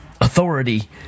authority